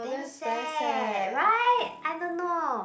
damn sad right I don't know